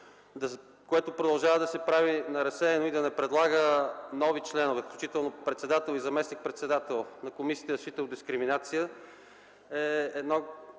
което продължава да се прави на разсеяно и да не предлага нови членове, включително председател и заместник-председател на Комисията за защита от дискриминация, е едно